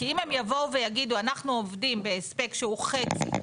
כי אם הם יבואו ויגידו אנחנו עובדים בהספק שהוא חצי.